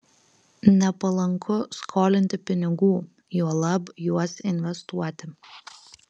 nepalanku skolinti pinigų juolab juos investuoti